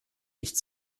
nicht